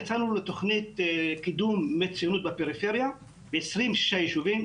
יצאנו לתוכנית קידום מצוינות בפריפריה ב-26 יישובים,